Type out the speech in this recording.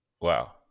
wow